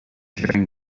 during